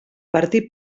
partit